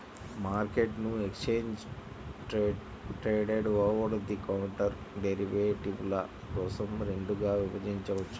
మార్కెట్ను exchange traded, over the counter డెరివేటివ్ల కోసం రెండుగా విభజించవచ్చు